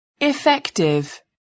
effective